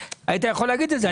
היית יכול להגיד את זה,